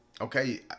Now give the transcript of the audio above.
okay